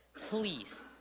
please